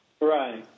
Right